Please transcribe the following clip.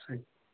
صحی